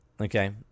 Okay